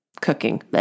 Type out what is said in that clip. cooking